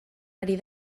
ari